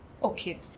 Okay